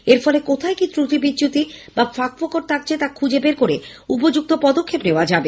এর ফলে কোথায় কি ক্রটি বিচ্যুতি বা ফাঁকফোকর থাকছে তা খুঁজে বের করে উপযুক্ত পদক্ষেপ নেওয়া যাবে